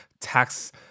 tax